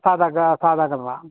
സാധാ കിണറാണ്